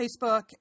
Facebook